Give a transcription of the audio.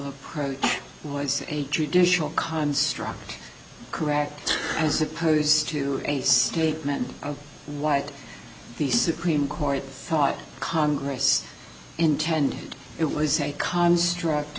approach was a judicial construct correct as opposed to a statement of white the supreme court thought congress intended it was a construct